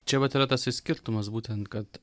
čia vat yra tas ir skirtumas būtent kad